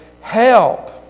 Help